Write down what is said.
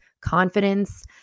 confidence